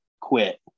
quit